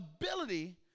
ability